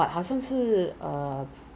according to my parents ya 是 lah